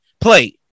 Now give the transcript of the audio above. play